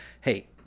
hey